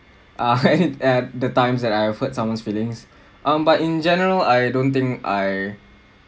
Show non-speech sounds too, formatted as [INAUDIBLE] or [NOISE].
ah [LAUGHS] the times that I've hurt someone's feelings um but in general I don't think I